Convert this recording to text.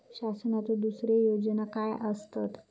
शासनाचो दुसरे योजना काय आसतत?